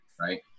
right